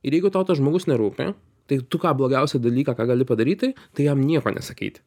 ir jeigu tau tas žmogus nerūpi tai tu ką blogiausią dalyką ką gali padaryt tai tai jam nieko nesakyti